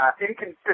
Inconsistent